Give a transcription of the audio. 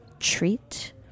treat